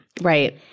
Right